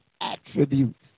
attributes